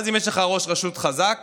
אם יש לך ראש רשות חזק